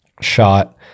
shot